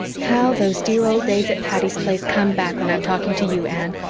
how those dear old days at patty's place come back when i'm talking to you, anne!